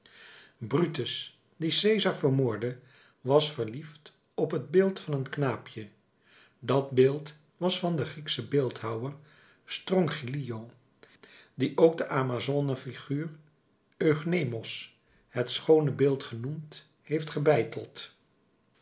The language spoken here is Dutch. brutus die cesar vermoordde was verliefd op het beeld van een knaapje dat beeld was van den griekschen beeldhouwer strongylio die ook de amazonenfiguur eucnemos het schoone beeld genoemd heeft gebeiteld